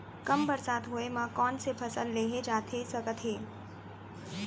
कम बरसात होए मा कौन से फसल लेहे जाथे सकत हे?